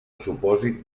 supòsit